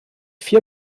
vier